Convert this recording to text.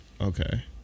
Okay